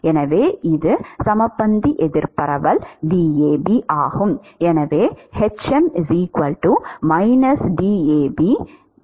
எனவே இது சமபந்தி எதிர் பரவல் DAB ஆகும்